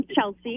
chelsea